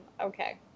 okay